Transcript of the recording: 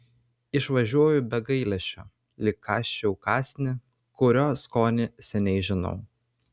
išvažiuoju be gailesčio lyg kąsčiau kąsnį kurio skonį seniai žinau